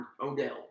Odell